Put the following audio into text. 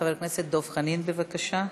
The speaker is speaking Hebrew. חבר הכנסת דב חנין, בבקשה.